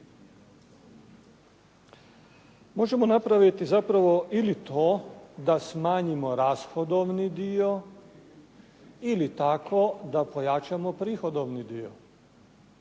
Možemo napraviti ili to da smanjimo rashodovni dio ili tako da pojačamo prihodovni dio.